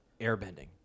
airbending